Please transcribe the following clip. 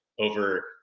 over